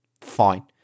fine